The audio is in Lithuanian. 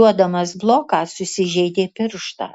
duodamas bloką susižeidė pirštą